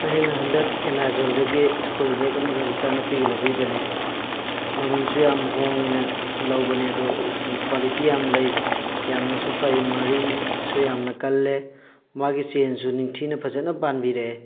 ꯑꯩꯅ ꯍꯟꯗꯛ ꯑꯦꯃꯥꯖꯣꯟꯗꯒꯤ ꯁ꯭ꯀꯨꯜ ꯕꯦꯛ ꯑꯃꯈꯛ ꯏꯆꯥ ꯅꯨꯄꯤꯒꯤ ꯂꯧꯕꯤꯕꯅꯦ ꯃꯃꯜꯁꯨ ꯌꯥꯝ ꯍꯣꯡꯉꯦꯅ ꯂꯧꯕꯅꯦ ꯑꯗꯣ ꯀ꯭ꯋꯥꯂꯤꯇꯤ ꯌꯥꯝ ꯂꯩ ꯌꯥꯝꯅꯁꯨ ꯐꯩ ꯃꯔꯤꯁꯨ ꯌꯥꯝꯅ ꯀꯜꯂꯦ ꯃꯥꯒꯤ ꯆꯦꯟꯁꯨ ꯅꯤꯡꯊꯤꯅ ꯐꯖꯅ ꯄꯥꯟꯕꯤꯔꯛꯑꯦ